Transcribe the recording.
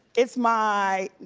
it's my,